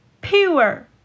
Pure